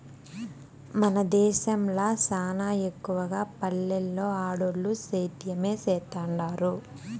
మన దేశంల సానా ఎక్కవగా పల్లెల్ల ఆడోల్లు సేద్యమే సేత్తండారు